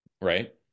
Right